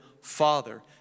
Father